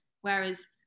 Whereas